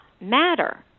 matter